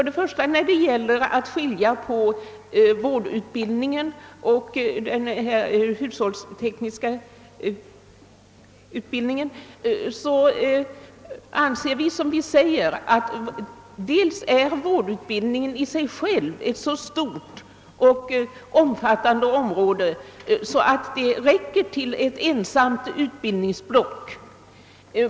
Beträffande frågan om man bör skilja den vårdtekniska utbildningen från den konsumtionstekniska säger utskottet att vårdområdet är så stort att det räcker till ett ensamt yrkesblock.